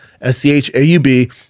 S-C-H-A-U-B